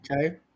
Okay